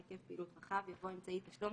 היקף פעילות רחב" יבוא: ""אמצעי תשלום,